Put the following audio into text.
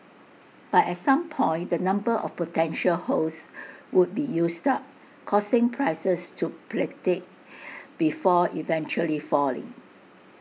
but at some point the number of potential hosts would be used up causing prices to plateau before eventually falling